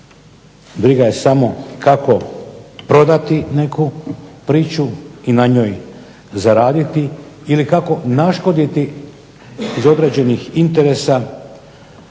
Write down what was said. briga je samo kako prodati neku priču i na njoj zaraditi ili kako naškoditi iz određenih interesa